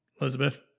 Elizabeth